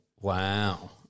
Wow